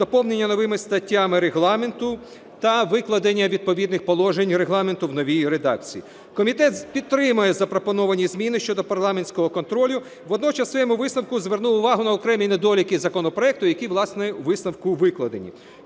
доповнення новими статтями Регламенту та викладення відповідних положень Регламенту в новій редакції. Комітет підтримає запропоновані зміни щодо парламентського контролю. Водночас у своєму висновку звернув уваги на окремі недоліки законопроекту, які, власне, у висновку викладені.